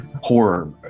horror